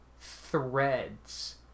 threads